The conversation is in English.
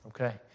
Okay